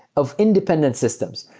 of independent systems.